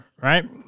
right